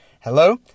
Hello